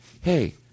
Hey